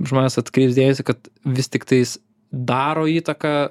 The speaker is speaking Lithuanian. žmonės atkreips dėmesį kad vis tiktais daro įtaką